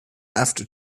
after